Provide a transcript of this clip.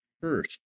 first